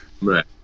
Right